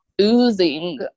oozing